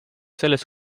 sellest